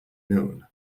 known